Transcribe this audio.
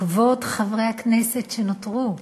כבוד חברי הכנסת שנותרו: